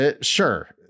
Sure